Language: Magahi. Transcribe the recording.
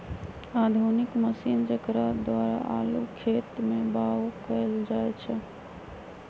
आधुनिक मशीन जेकरा द्वारा आलू खेत में बाओ कएल जाए छै